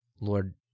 Lord